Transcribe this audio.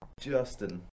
Justin